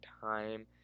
time